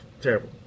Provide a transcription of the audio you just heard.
Terrible